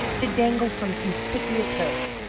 to dangle from conspicuous hooks,